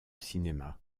cinéma